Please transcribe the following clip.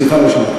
סליחה, לא שמעתי.